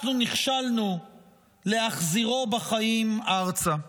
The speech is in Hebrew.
נכשלנו להחזירו בחיים ארצה.